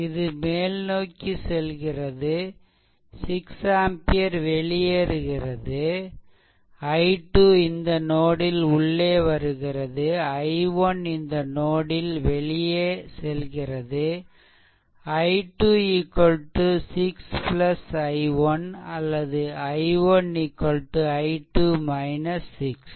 இது மேல்நோக்கி செல்கிறது 6 ஆம்பியர் வெளியேறுகிறது I2 இந்த நோட்ல் உள்ளே வருகிறது I1 இந்த நோட்ல் வெளியே செல்கிறது I2 6 I1 அல்லது I1 I2 6